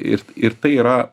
ir ir tai yra